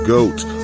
Goat